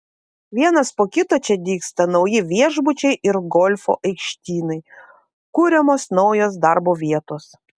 vienas po kito čia dygsta nauji viešbučiai ir golfo aikštynai kuriamos naujos darbo vietos